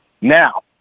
Now